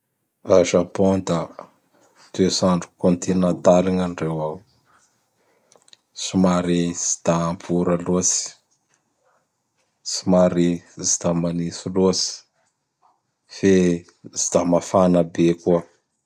A Japon da toets'ando kôntinantaly gn'andreo ao. Simary tsy da ampy ora lôtsy, simary ts da manitsy lôtsy fe ts da mafana be koa.